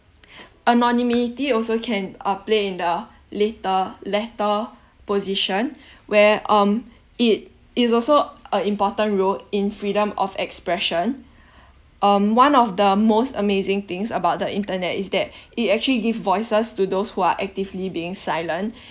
anonymity also can uh play in the later latter position where um it it is also a important role in freedom of expression um one of the most amazing things about the internet is that it actually give voices to those who are actively being silent